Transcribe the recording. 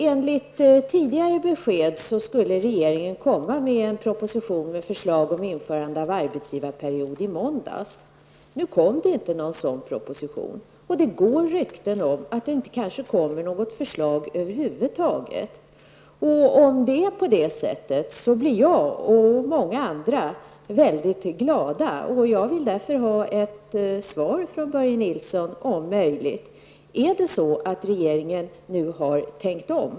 Enligt tidigare besked skulle regeringen ha kommit i måndags med en proposition om införande av arbetsgivarperiod. Det kom inte någon sådan proposition, och det går rykten om att det kanske inte kommer något förslag över huvud taget. Om det är på det sättet, blir jag och många andra väldigt glada. Jag vill därför ha ett svar från Börje Nilsson, om möjligt: Har regeringen tänkt om?